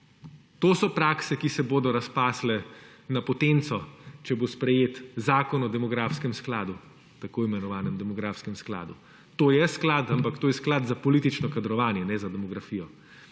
To so prakse, ki se bodo razpasle na potenco, če bo sprejet Zakon o demografskem skladu, tako imenovanem demografskem skladu. To je sklad, ampak to je sklad za politično kadrovanje ne za demografijo.